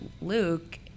Luke